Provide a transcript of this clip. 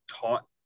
taught